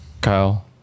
Kyle